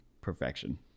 perfection